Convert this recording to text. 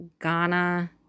Ghana